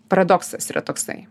paradoksas yra toksai